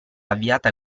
avviata